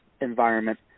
environment